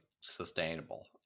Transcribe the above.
sustainable